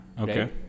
okay